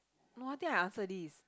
no I think I answered this